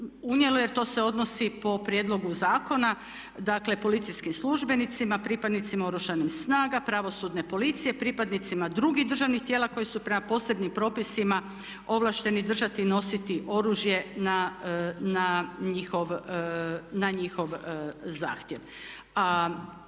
unijelo, jer to se odnosi po prijedlogu zakona. Dakle, policijskim službenicima, pripadnicima Oružanih snaga, Pravosudne policije, pripadnicima drugih državnih tijela koji su prema posebnim propisima ovlašteni držati i nositi oružje na njihov zahtjev.